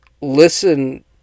listen